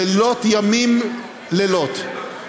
לילות-ימים-לילות,